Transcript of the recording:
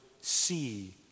see